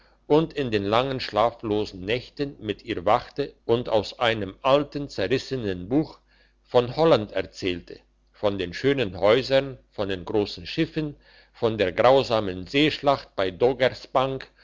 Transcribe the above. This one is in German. und in den langen schlaflosen nächten mit ihr wachte und aus einem alten zerrissenen buch von holland erzählte von den schönen häusern von den grossen schiffen von der grausamen seeschlacht bei doggersbank